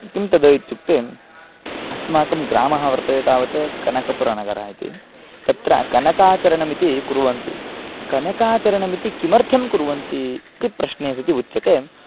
किं तद् इत्युक्ते अस्माकं ग्रामः वर्तते तावत् कनकपुरनगरम् इति तत्र कनकाचरणम् इति कुर्वन्ति कनकाचरणम् इति किमर्थं कुर्वन्ति इति प्रश्ने सति उच्यते